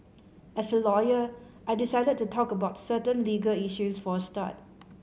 as a lawyer I decided to talk about certain legal issues for a start